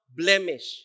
blemish